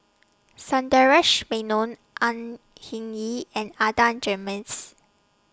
Sundaresh Menon Au Hing Yee and Adan Jimenez